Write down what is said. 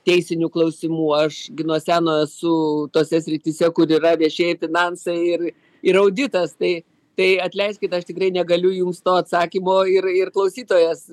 teisinių klausimų aš gi nuo seno esu tose srityse kur yra viešieji finansai ir ir auditas tai tai atleiskit aš tikrai negaliu jums to atsakymo ir ir klausytojas